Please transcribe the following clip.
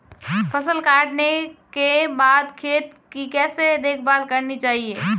फसल काटने के बाद खेत की कैसे देखभाल करनी चाहिए?